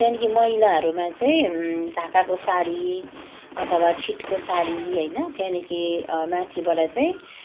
त्यहाँदेखि महिलाहरूमा चाहिँ ढाकाको साडी अथवा छिटको साडी अनि त्यहाँदेखि माथिबाट चाहिँ